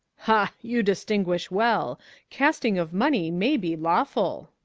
ha! you distinguish well casting of money may be lawful.